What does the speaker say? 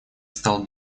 стал